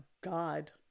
God